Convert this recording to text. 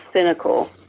cynical